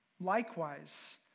likewise